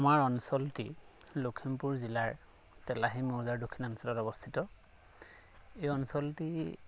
আমাৰ অঞ্চলটি লখিমপুৰ জিলাৰ তেলাহী মৌজাৰ দক্ষিণ অঞ্চলত অৱস্থিত এই অঞ্চলটি